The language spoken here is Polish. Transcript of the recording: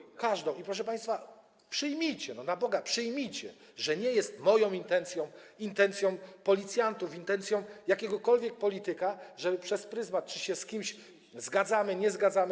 I proszę państwa, przyjmijcie, na Boga, przyjmijcie, że nie jest moją intencją, intencją policjantów, intencją jakiegokolwiek polityka, żeby przez pryzmat tego, czy się z kimś zgadzamy, czy nie zgadzamy.